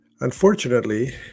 Unfortunately